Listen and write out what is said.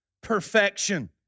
perfection